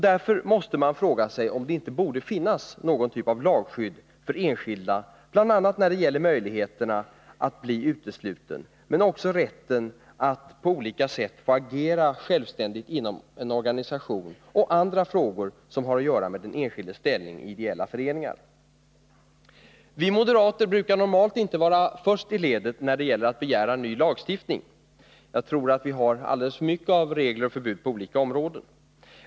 Därför måste man fråga sig om det inte borde finnas någon typ av lagskydd för den enskilde, bl.a. när det gäller risken att bli utesluten men också för rätten att på olika sätt få agera självständigt inom en organisation beträffande andra frågor som har att göra med den enskildes ställning i ideella föreningar. Vi moderater är normalt inte först i ledet när det gäller att begära ny lagstiftning — jag tror att vi har alldeles för mycket av regler och förbud på olika områden.